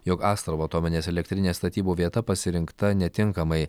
jog astravo atominės elektrinės statybų vieta pasirinkta netinkamai